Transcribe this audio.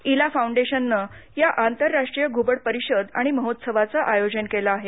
इला फौंडेशनने या आंतरराष्ट्रीय घूबड परिषद आणि महोत्सवाचं आयोजन केलं आहे